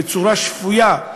בצורה שפויה.